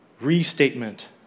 restatement